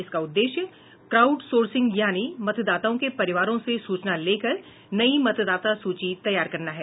इसका उद्देश्य crowdsourcing यानी मतदाताओं के परिवारों से सूचना लेकर नई मतदाता सूची तैयार करना है